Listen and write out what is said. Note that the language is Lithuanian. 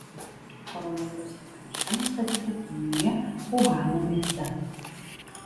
koronaviruso pradžia nustatyta kinijoje uhano mieste